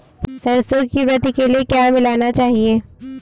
सरसों की वृद्धि के लिए क्या मिलाना चाहिए?